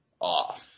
off